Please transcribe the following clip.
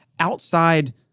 outside